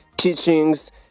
teachings